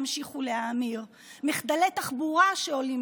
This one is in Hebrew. ליום העצמאות והעבירה את זה לחברים שלה למכרזים